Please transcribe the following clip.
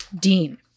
Dean